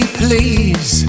please